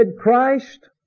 Christ